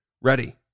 ready